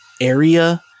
area